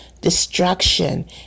destruction